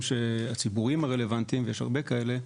הציבורים הרלוונטיים ויש הרבה כאלו,